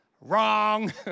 Wrong